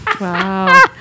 Wow